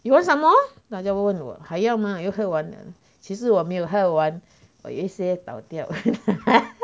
you want some more 他这样问我还要吗又喝完了其实我没有喝完有一些倒掉